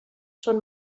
són